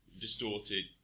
distorted